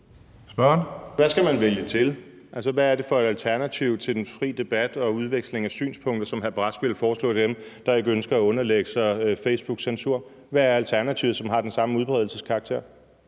Hvad skal man vælge til? Altså, hvad er det for et alternativ til den fri debat og udveksling af synspunkter, som hr. Lars-Christian Brask vil foreslå dem, der ikke ønsker at underlægge sig Facebooks censur? Hvad er alternativet, som har den samme udbredelse og karakter?